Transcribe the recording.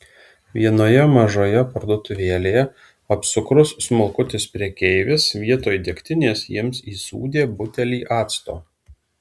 vienoje mažoje parduotuvėlėje apsukrus smulkutis prekeivis vietoj degtinės jiems įsūdė butelį acto